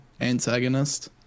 antagonist